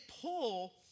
pull